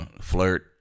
flirt